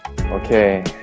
Okay